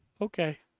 okay